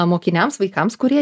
mokiniams vaikams kurie